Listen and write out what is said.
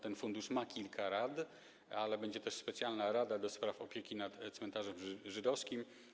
Ten fundusz ma kilka rad, ale będzie też specjalna rada do spraw opieki nad cmentarzem żydowskim.